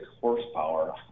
horsepower